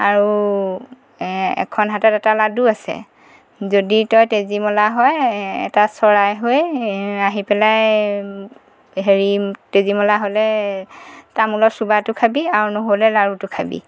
আৰু এখন হাতত এটা লাডু আছে যদি তই তেজীমলা হয় এটা চৰাই হৈ আহি পেলাই হেৰি তেজীমলা হ'লে তামোলৰ চোবাটো খাবি আৰু নহ'লে লাডুটো খাবি